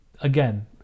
Again